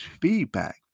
feedback